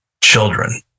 children